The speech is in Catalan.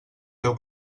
teu